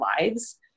lives